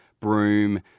Broom